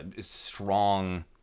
strong